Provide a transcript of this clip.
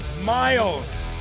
Miles